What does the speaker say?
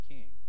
King